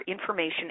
Information